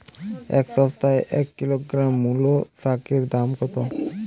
এ সপ্তাহে এক কিলোগ্রাম মুলো শাকের দাম কত?